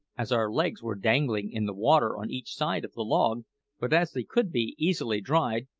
as our legs were dangling in the water on each side of the log but as they could be easily dried,